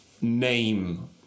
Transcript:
name